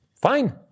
fine